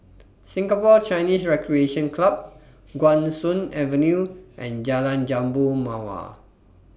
Singapore Chinese Recreation Club Guan Soon Avenue and Jalan Jambu Mawar